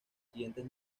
siguientes